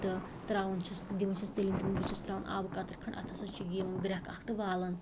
تہٕ ترٛاوان چھِس تہٕ دِوان چھِس تٔلِنۍ تٔلنۍ بیٚیہِ چھِس ترٛاوان آبہٕ قَطرٕ کھَنٛڈ اتھ ہَسا چھِ یِوان گرٛیٚگھ اکھ تہٕ والان